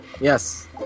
Yes